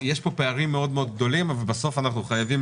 יש פה פערים מאוד גדולים אבל בסוף אנחנו חייבים